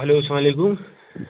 hello سلام علیکُم